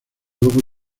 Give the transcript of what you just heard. luego